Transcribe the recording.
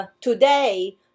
today